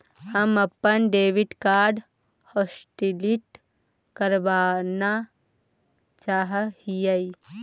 हम अपन debit card hotlist करावाना चाहा हियई